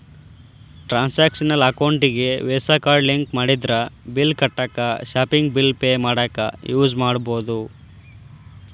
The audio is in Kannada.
ಟ್ರಾನ್ಸಾಕ್ಷನಲ್ ಅಕೌಂಟಿಗಿ ವೇಸಾ ಕಾರ್ಡ್ ಲಿಂಕ್ ಮಾಡಿದ್ರ ಬಿಲ್ ಕಟ್ಟಾಕ ಶಾಪಿಂಗ್ ಬಿಲ್ ಪೆ ಮಾಡಾಕ ಯೂಸ್ ಮಾಡಬೋದು